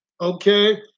okay